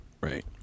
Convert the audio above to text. right